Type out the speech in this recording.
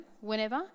whenever